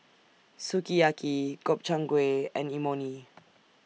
Sukiyaki Gobchang Gui and Imoni